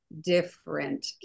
different